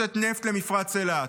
שנושאת נפט למפרץ אילת.